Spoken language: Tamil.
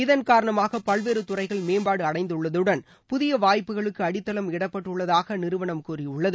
இதன் காரணமாக பல்வேறு துறைகள் மேம்பாடு அடைந்துள்ளதுடன் புதிய வாய்ப்புகளுக்கு அடித்தளம் இடப்பட்டுள்ளதாக அந்நிறுவனம் கூறியுள்ளது